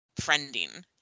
friending